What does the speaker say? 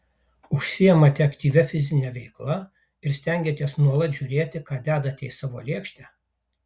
užsiimate aktyvia fizine veikla ir stengiatės nuolat žiūrėti ką dedate į savo lėkštę